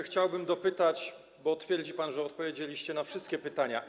Chciałbym dopytać, bo twierdzi pan, że odpowiedzieliście na wszystkie pytania.